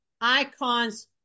icons